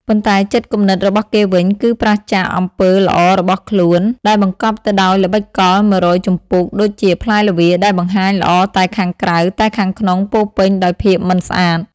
ប៉ុន្តែចិត្តគំនិតរបស់គេវិញ គឺប្រាសចាកអំពើល្អរបស់ខ្លួន ដែលបង្កប់ទៅដោយល្បិចកល១០០ជំពូកដូចជាផ្លែល្វា ដែលបង្ហាញល្អតែខាងក្រៅ តែខាងក្នុងពោពេញដោយភាពមិនស្អាត។